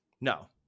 No